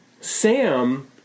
Sam